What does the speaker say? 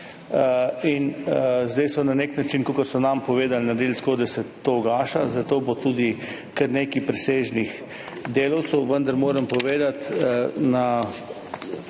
Zdaj so na nek način, kakor so nam povedali, naredili tako, da se to ugaša, zato bo tudi kar nekaj presežnih delavcev. Vendar moram na